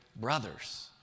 brothers